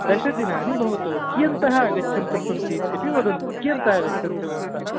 दशदिनानि भवतु कियन्तः आगच्छन्तस्सन्ति इत्यपि वदन्तु कियन्तः आगच्छन्ति भवन्तः